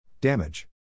Damage